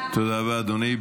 תודה רבה, אדוני.